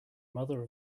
mother